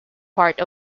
part